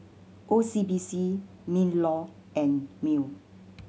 O C B C MinLaw and MEWR